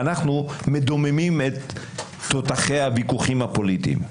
אנחנו מדוממים את תותחי הוויכוחים הפוליטיים.